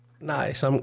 Nice